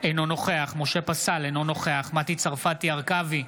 אינו נוכח משה פסל, אינו נוכח מטי צרפתי הרכבי,